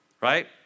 Right